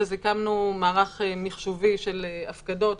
הקמנו מערך מחשובי של הפקדות,